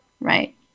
Right